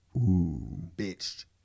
bitched